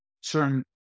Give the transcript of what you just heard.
certain